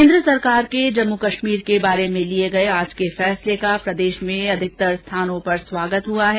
केन्द्र सरकार के जम्मू कश्मीर के बारे में लिए गए आज के फैसले का प्रदेश में अधिकतम स्थानों पर स्वागत हुआ है